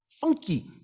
funky